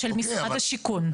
של משרד השיכון.